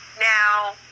Now